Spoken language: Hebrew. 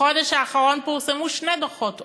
בחודש האחרון פורסמו שני דוחות עוני: